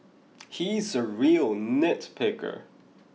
he is a real nitpicker